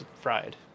fried